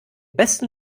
besten